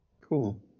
Cool